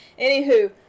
Anywho